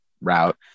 route